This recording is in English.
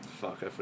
Fuck